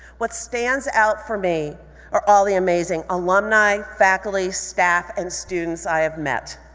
what stands out for me are all the amazing alumnae, faculty, staff and students i have met.